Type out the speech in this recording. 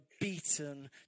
beaten